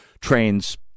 trains